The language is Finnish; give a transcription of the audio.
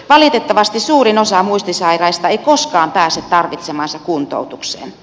valitettavasti suurin osa muistisairaista ei koskaan pääse tarvitsemaansa kuntoutukseen